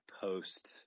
post